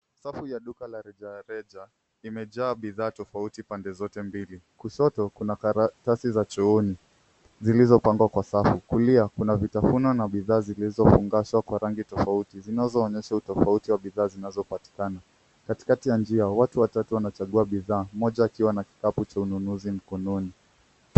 Safu ya duka la rejareja limejaa bidhaa tofauti pande zote mbili. Kushoto kuna karatasi za chooni zilizopangwa kwa safu, kulia kuna vitafuno na bidhaa zilizofungashwa kwa rangi tofauti zinazoonyesha utofauti wa bidhaa zinazopatikana. Katikati ya njia watu watatu wanachagua bidhaa mmoja akiwa na kikapu cha ununuzi mkononi.